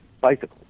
bicycles